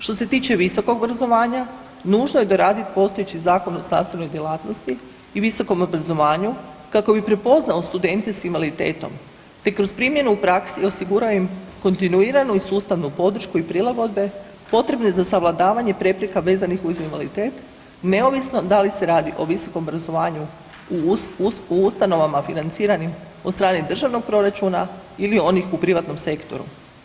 Što se tiče visokog obrazovanja, nužno je doraditi postojeći Zakon o znanstvenoj djelatnosti i visokom obrazovanju kako bi prepoznao studente s invaliditetom te kroz primjenu u praksi osigurao im kontinuiranu i sustavnu podršku i prilagodbe potrebne za savladavanje prepreka vezanih uz invaliditet neovisno da li se radi o visokom obrazovanju u ustanovama financiranim od strane državnog proračuna ili onih u privatnom sektoru.